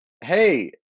hey